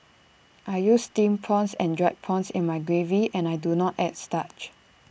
I use Steamed prawns and Dried prawns in my gravy and I do not add starch